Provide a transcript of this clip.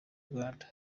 rwanda